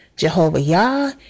Jehovah-Yah